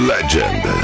Legend